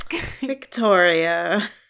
Victoria